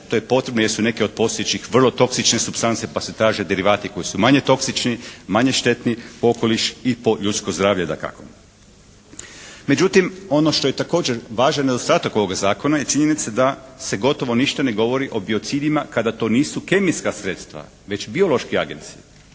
to je potrebno jer su neke od postojećih vrlo toksične supstance pa se traže derivati koji su manje toksični, manje štetni po okoliš i po ljudsko zdravlje dakako. Međutim ono što je važan nedostatak ovoga zakona je činjenica da se gotovo ništa ne govori o biocidima kada to nisu kemijska sredstva već biološki agenci,